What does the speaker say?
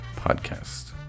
podcast